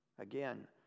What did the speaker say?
again